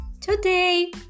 today